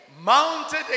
Mounted